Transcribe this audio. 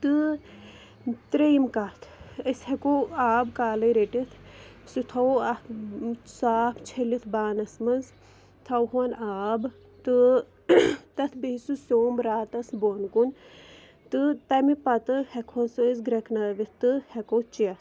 تہٕ ترٛیٚیِم کَتھ أسۍ ہٮ۪کو آب کالٕے رٔٹِتھ سُہ تھاوَو اَکھ صاف چھٔلِتھ بانَس منٛز تھاوہون آب تہٕ تَتھ بیٚیہِ سُہ سیٚم راتَس بۄن کُن تہٕ تَمہِ پَتہٕ ہٮ۪کٕہون سُہ أسۍ گرٛٮ۪کہٕ نٲوِتھ تہٕ ہٮ۪کو چٮ۪تھ